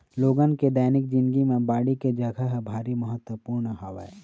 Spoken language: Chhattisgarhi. लोगन के दैनिक जिनगी म बाड़ी के जघा ह भारी महत्वपूर्न हवय